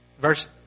Verse